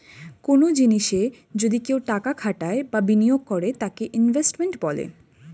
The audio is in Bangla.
কনো জিনিসে যদি কেউ টাকা খাটায় বা বিনিয়োগ করে তাকে ইনভেস্টমেন্ট বলে